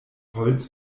holz